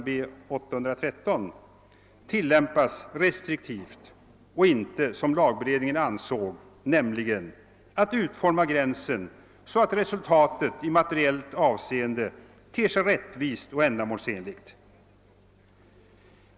B 813 — tillämpas restriktivt och inte som lagberedningen avsåg, nämligen att utforma gränsen så, att resultatet i materiellt avseende ter sig rättvist och ändamålsenligt.